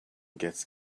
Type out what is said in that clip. gets